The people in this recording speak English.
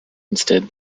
instead